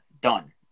done